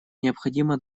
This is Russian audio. необходимо